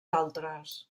altres